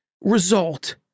result